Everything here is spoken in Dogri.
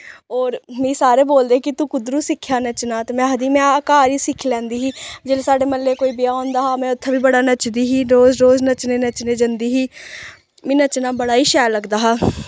और मिगी सारे बोलदे हे कि तू कुद्धरूं सिखेआ नच्चना ते मैं आखदी मैं घर ई सिक्खी लैंदी ही जिसलै साढ़े म्हल्लै कोई ब्याह् होंदा हा में उत्थें बी बड़ा नचदी ही रोज़ रोज़ नच्चने नच्चने जंदी ही मीं नच्चना बड़ा ई शैल लगदा हा